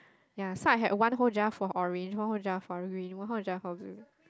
ya so I have one whole jar for orange one whole jar for green one whole jar for blue